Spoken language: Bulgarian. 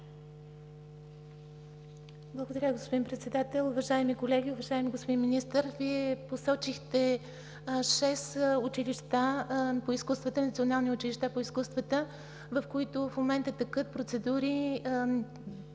Благодаря, господин Председател. Уважаеми колеги, уважаеми господин Министър! Вие посочихте 6 национални училища по изкуствата, в които в момента текат процедури,